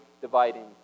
dividing